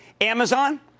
Amazon